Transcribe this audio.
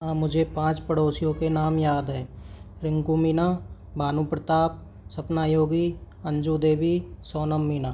मुझे पाँच पड़ोसियों के नाम याद हैं रिंकू मीना भानु प्रताप सपना योगी अंजू देवी सोनम मीना